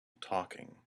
talking